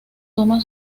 toma